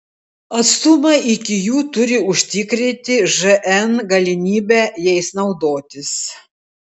atstumai iki jų turi užtikrinti žn galimybę jais naudotis